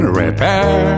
repair